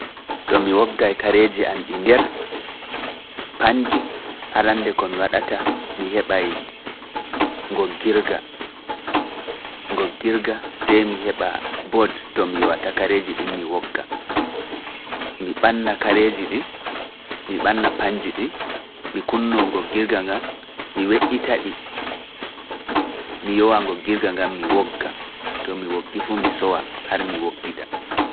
Mi we'ita ngel mi kunno ngoggirga mi wogga ngel maa ngel fortake